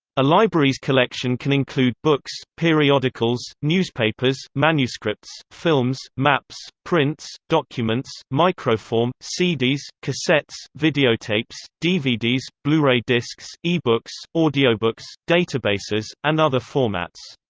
a library's collection can include books, periodicals, newspapers, manuscripts, films, maps, prints, documents, microform, cds, cassettes, videotapes, dvds, blu-ray discs, e-books, audiobooks, databases, and other formats.